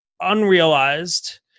unrealized